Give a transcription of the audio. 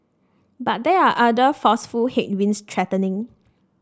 but there are other forceful headwinds threatening